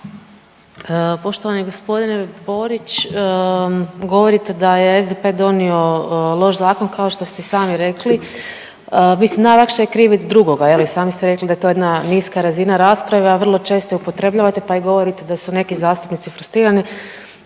Poštovani gospodine Borić govorite da je SDP donio loš zakon kao što ste i sami rekli, mislim najlakše je krivit drugoga, jel i sami ste rekli da je to jedna niska razina rasprave, a vrlo često upotrebljavate pa i govorit da su neki zastupnici frustrirani.